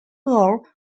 earl